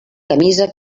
camisa